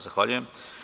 Zahvaljujem.